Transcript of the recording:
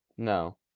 No